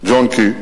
ג'ון קי,